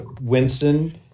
Winston